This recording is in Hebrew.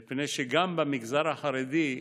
מפני שגם במגזר החרדי,